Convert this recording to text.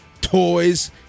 toys